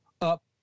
up